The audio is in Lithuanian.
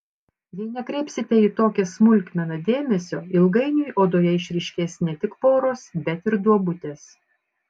jei nekreipsite į tokią smulkmeną dėmesio ilgainiui odoje išryškės ne tik poros bet ir duobutės